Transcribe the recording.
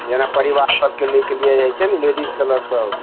जेना परिवार सबके लएके लिये जाइ छै ने लेडीज कलर सब